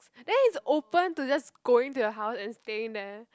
then he's open to just going to their house and staying there